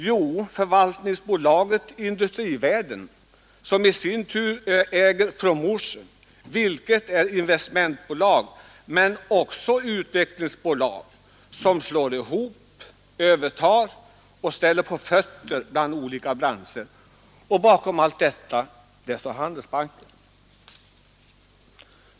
Jo, det är förvaltningsbolaget Industrivärden, som i sin tur äger Promotion, vilket är ett investmentbolag men också ett utvecklingsbolag som slår ihop, övertar och ställer företag på fötter i olika branscher. Och bakom allt detta står Handelsbanken.